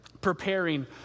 preparing